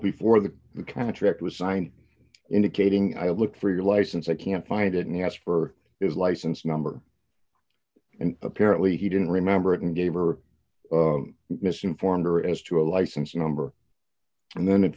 before the contract was signed indicating i look for your license i can't find it and they asked for his license number and apparently he didn't remember it and gave or misinformed or as to a license number and then if